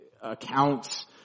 accounts